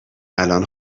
الان